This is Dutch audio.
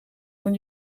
van